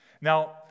Now